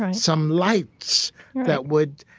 um some lights that would,